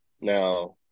now